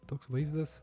toks vaizdas